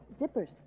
zippers